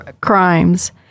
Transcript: crimes